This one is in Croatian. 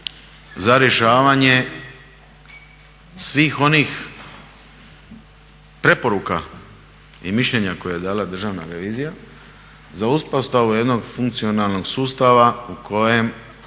za rješavanje svih onih preporuka i mišljenja koja je dala Državna revizija za uspostavu jednog funkcionalnog sustava u kojem